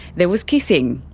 there was kissing.